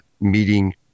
meeting